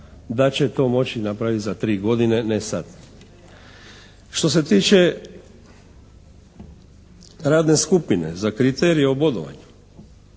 da će to moći napraviti za tri godine, ne sad. Što se tiče radne skupine za kriterije o bodovanju.